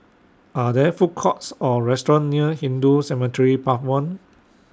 Are There Food Courts Or restaurants near Hindu Cemetery Path one